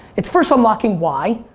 it's first unlocking why.